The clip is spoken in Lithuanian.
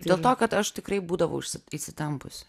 dėl to kad aš tikrai būdavau įsitempusi